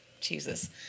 Jesus